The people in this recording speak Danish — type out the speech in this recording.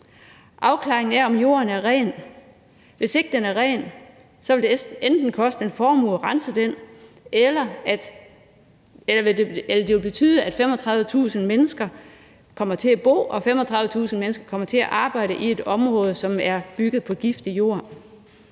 afklaringen af, om jorden er ren. Hvis ikke den er ren, vil det enten koste en formue at rense den, eller det vil betyde, at 35.000 mennesker kommer til at bo og 35.000 mennesker kommer til at arbejde i et område, som er bygget på giftig jord.